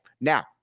Now